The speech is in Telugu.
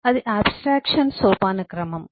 అది అబ్స్ట్రాక్షన్ సోపానక్రమం